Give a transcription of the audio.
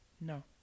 No